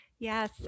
Yes